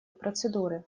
процедуры